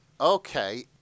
Okay